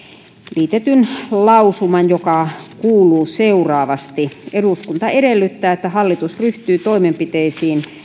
liitetyn lausuman joka kuuluu seuraavasti eduskunta edellyttää että hallitus ryhtyy toimenpiteisiin